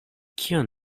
kion